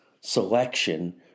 selection